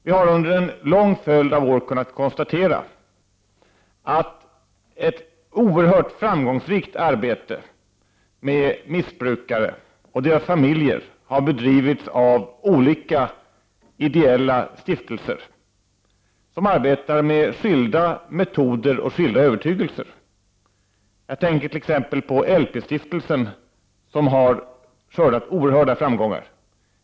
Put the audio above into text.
Vi har under en lång följd av år kunnat konstatera att ett oerhört framgångsrikt arbete med missbrukare och deras familjer har bedrivits av olika ideella stiftelser, som arbetar med skilda metoder och skilda övertygelser. Jag tänker t.ex. på LP-Stiftelsen, som har skördat oerhörda framgångar.